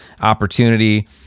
opportunity